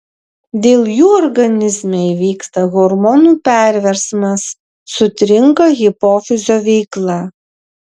dėl jų organizme įvyksta hormonų perversmas sutrinka hipofizio veikla